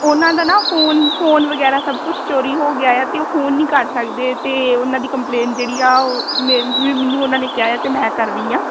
ਉਹਨਾਂ ਦਾ ਨਾ ਫੋਨ ਫੋਨ ਵਗੈਰਾ ਸਭ ਕੁਛ ਚੋਰੀ ਹੋ ਗਿਆ ਆ ਤਾਂ ਉਹ ਫੋਨ ਨਹੀਂ ਕਰ ਸਕਦੇ ਅਤੇ ਉਹਨਾਂ ਦੀ ਕੰਪਲੇਨ ਜਿਹੜੀ ਆ ਉਹ ਮੈਨੂੰ ਉਹਨਾਂ ਨੇ ਕਿਹਾ ਹੈ ਆ ਤਾਂ ਮੈਂ ਕਰ ਰਹੀ ਆਂ